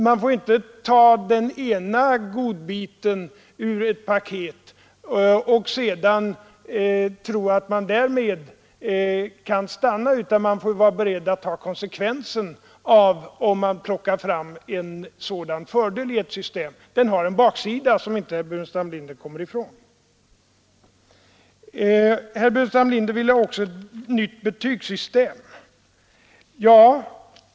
Man får inte ta den ena godbiten ur ett paket och sedan tro att man kan stanna därmed, utan man får vara beredd att ta konsekvensen, om man plockar fram en sådan fördel i ett system. Den har en baksida som herr Burenstam Linder inte kan komma ifrån. Vidare ville herr Burenstam Linder ha ett nytt betygssystem.